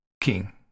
King